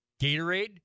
Gatorade